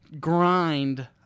grind